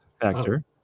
factor